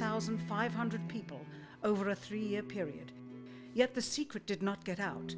thousand five hundred people over a three year period yet the secret did not get out